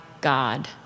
God